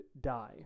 die